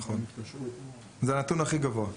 נכון, זה הנתון הכי גבוה.